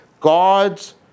God's